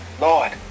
Lord